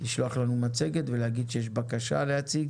לשלוח לנו מצגת ולהגיד שיש בקשה להציג